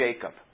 Jacob